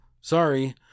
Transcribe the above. sorry